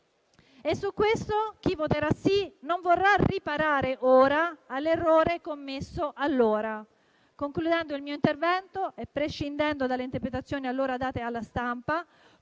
Su questo, chi voterà sì non vorrà riparare ora all'errore commesso allora. Concludendo il mio intervento e prescindendo dalle interpretazioni allora date alla stampa,